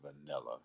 vanilla